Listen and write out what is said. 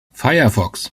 firefox